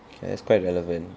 ya that's quite relevant